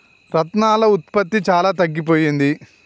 రత్నాల ఉత్పత్తి చాలా తగ్గిపోయింది